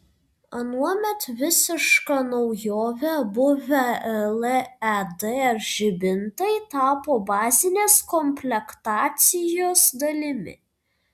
anuomet visiška naujove buvę led žibintai tapo bazinės komplektacijos dalimi